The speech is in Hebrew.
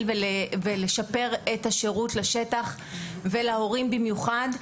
ושיפור השירות לשטח ולהורים במיוחד.